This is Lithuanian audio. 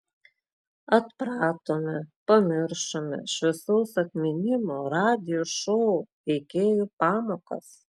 atpratome pamiršome šviesaus atminimo radijo šou veikėjų pamokas